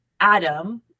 Adam